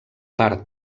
part